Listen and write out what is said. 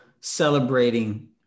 celebrating